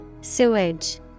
Sewage